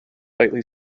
lightly